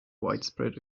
widespread